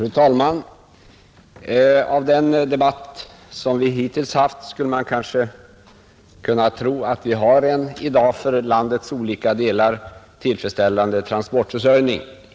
Fru talman! Av den debatt som hittills förts skulle man kanske kunna tro att vi har en för landets olika delar tillfredsställande transportförsörjning.